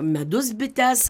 medus bites